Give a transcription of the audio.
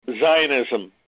zionism